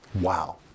Wow